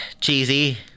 cheesy